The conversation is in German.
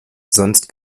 sonst